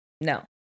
no